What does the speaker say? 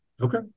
Okay